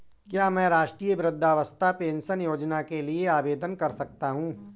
क्या मैं राष्ट्रीय वृद्धावस्था पेंशन योजना के लिए आवेदन कर सकता हूँ?